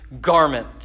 garment